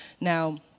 now